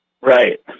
Right